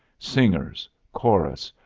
singers, chorus,